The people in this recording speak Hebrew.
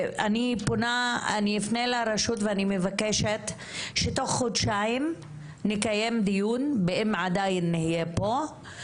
אני אפנה לרשות ואני מבקשת שתוך חודשיים נקיים דיון אם עדיין נהיה פה.